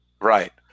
Right